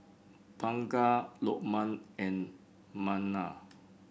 Bunga Lokman and Munah